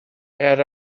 had